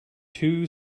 two